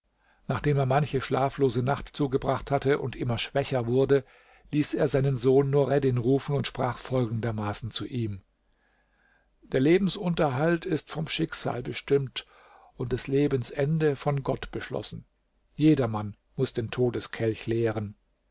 nachdem er manche schlaflose nacht zugebracht hatte und immer schwächer wurde ließ er seinen sohn nureddin rufen und sprach folgendermaßen zu ihm der lebensunterhalt ist vom schicksal bestimmt und des lebens ende von gott beschlossen jedermann muß den todeskelch leeren